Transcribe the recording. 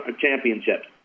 Championships